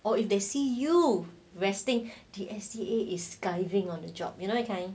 or if they see you resting the S_D_A is skiving on the job you know you can't